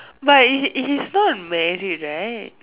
but he's he's not married right